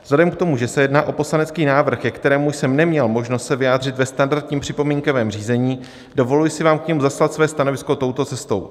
Vzhledem k tomu, že se jedná o poslanecký návrh, ke kterému jsem neměl možnost se vyjádřit ve standardním připomínkovém řízení, dovoluji si vám k němu zaslat svoje stanovisko touto cestou.